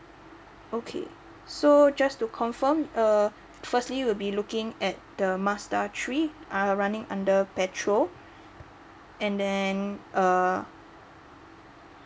okay so just to confirm uh firstly you'll be looking at the mazda uh running under petrol and then uh